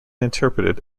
interpreted